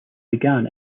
began